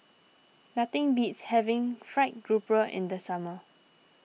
nothing beats having Fried Grouper in the summer